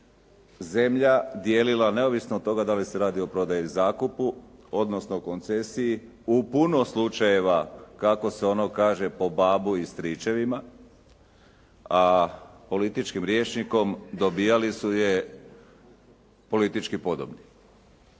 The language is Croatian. zemlja dijelila neovisno od toga da li se radi o prodaji i zakupu odnosno koncesiji, u puno slučajeva kako se ono kaže po babu i stričevima. A političkim rječnikom dobivali su je politički podobni.